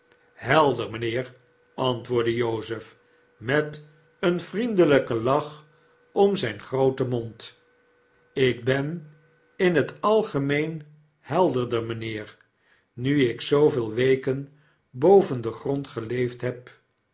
helder meneer antwoordt jozef met een vriendelijken lach om zp grooten mond ik ben in het algemeen helderder mpheer nu ik zooveel weken boven den grond geleefd heb